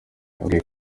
yabwiye